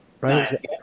right